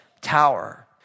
tower